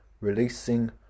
releasing